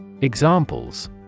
Examples